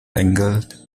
england